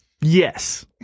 Yes